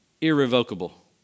irrevocable